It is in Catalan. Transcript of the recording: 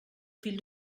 fill